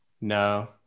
No